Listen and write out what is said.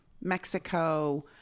Mexico